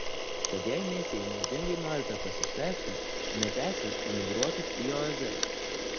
tad jei misijai naudingai norite pasišvęsti netęsęs emigruokit į oazes